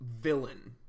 villain